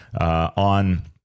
on